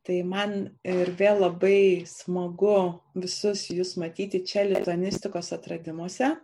tai man ir vėl labai smagu visus jus matyti čia lituanistikos atradimuose